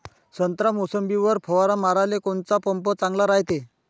संत्रा, मोसंबीवर फवारा माराले कोनचा पंप चांगला रायते?